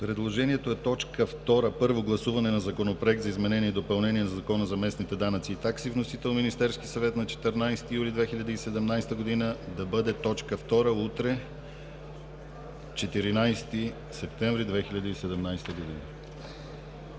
Предложението е т. 2 – първо гласуване на Законопроекта за изменение и допълнение на Закона за местните данъци и такси, вносител Министерският съвет на 14 юли 2017 г., да бъде т. 2 утре, 14 септември 2017 г.